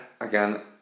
again